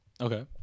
okay